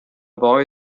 boy